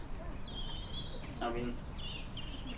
ᱪᱟ ᱵᱤᱱ